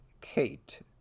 kate